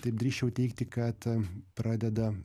taip drįsčiau teigti kad pradeda